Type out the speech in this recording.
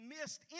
missed